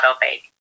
baby